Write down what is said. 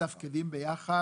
מתפקדות יחד,